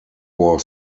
war